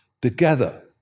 together